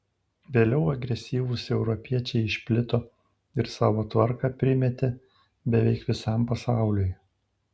vėliau agresyvūs europiečiai išplito ir savo tvarką primetė beveik visam pasauliui